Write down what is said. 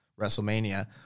Wrestlemania